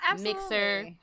Mixer